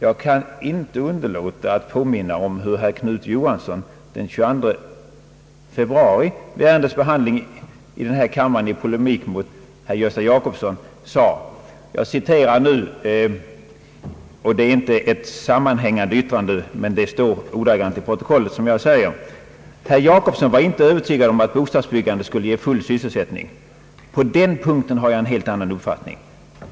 Jag kan inte underlåta att påminna om vad herr Knut Johansson den 22 februari vid ärendets behandling i denna kammare i polemik mot herr Gösta Jacobsson sade. Det är inte ett sammanhängande yttrande, men det står ordagrant i protokollet som jag säger: »Herr Jacobsson var inte övertygad om att bostadsbyggandet skulle ge full sysselsättning. På den punkten har jag en helt annan uppfattning.